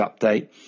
update